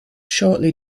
shortly